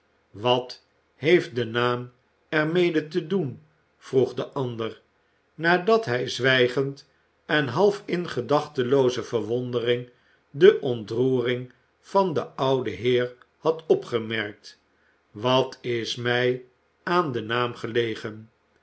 wat heeft de naam er mede te den vroeg de ander nadat hij zwijgend en half in gedachtelooze verwondering de ontroering van den ouden heer had opgemerkt wat is mij aan den naam gelegen